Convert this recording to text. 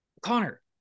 Connor